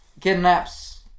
kidnaps